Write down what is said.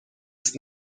است